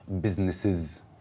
businesses